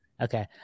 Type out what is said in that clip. Okay